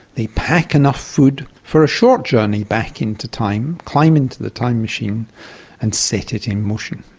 they pack enough food for a short journey back into time, climb into the time machine and set it in motion.